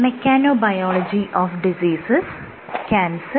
നമസ്കാരം